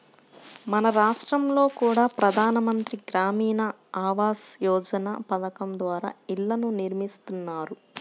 మన రాష్టంలో కూడా ప్రధాన మంత్రి గ్రామీణ ఆవాస్ యోజన పథకం ద్వారా ఇళ్ళను నిర్మిస్తున్నారు